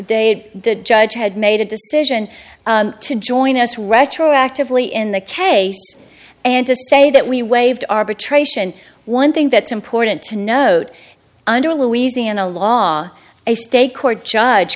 date the judge had made a decision to join us retroactively in the case and to say that we waived arbitration one thing that's important to note under louisiana law a state court judge